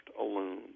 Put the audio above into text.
alone